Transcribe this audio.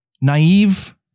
naive